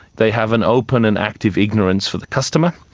they have an open and active ignorance for the customer,